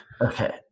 Okay